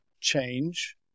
change